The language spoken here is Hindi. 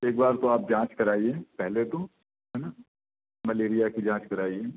एक बार तो आप जाँच कराइए पहले तो है ना मलेरिया की जाँच कराइए